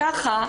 ככה,